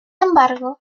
embargo